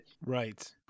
Right